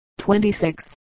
26